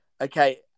Okay